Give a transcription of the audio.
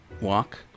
walk